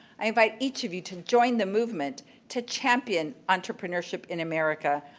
i invite each of you to join the movement to champion entrepreneurship in america.